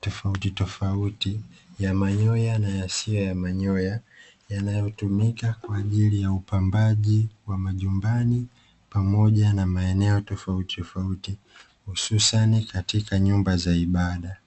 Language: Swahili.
tofautitofauti, ya manyoya na yasiyo na manyoya. Yanayotumika kwa ajili ya upambaji wa majumbani pamoja na maeneo tofautitofauti, hususani katika nyumba za ibada.